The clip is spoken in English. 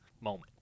moment